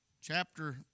Chapter